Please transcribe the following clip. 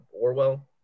Orwell